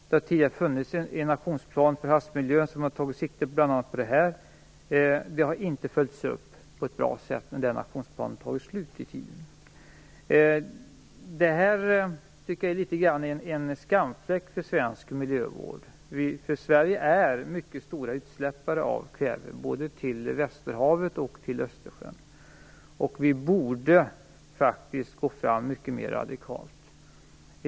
Det har tidigare funnits en aktionsplan för havsmiljön som bl.a. tagit sikte på detta, men när den tog slut följdes det inte upp på ett bra sätt. Detta tycker jag är litet grand av en skamfläck för svensk miljövård. Sverige är en mycket stor utsläppare av kväve, både till Västerhavet och till Östersjön, och vi borde faktiskt gå fram mycket mer radikalt.